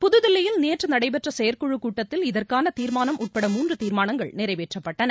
புதுதில்லியில் நேற்று நடைபெற்ற செயற்குழு கூட்டத்தில் இதற்கான தீர்மானம் உட்பட மூன்று தீர்மானங்கள் நிறைவேற்றப்பட்டன